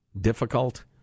difficult